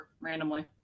randomly